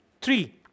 Three